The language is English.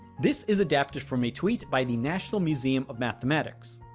this is adapted from a tweet by the national museum of mathematics.